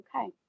Okay